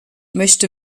möchte